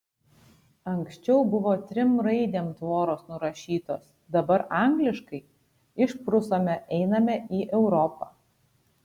anksčiau buvo trim raidėm tvoros nurašytos dabar angliškai išprusome einame į europą